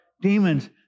demons